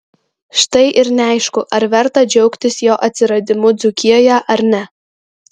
štai ir neaišku ar verta džiaugtis jo atsiradimu dzūkijoje ar ne